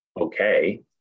okay